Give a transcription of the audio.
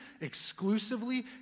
exclusively